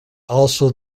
also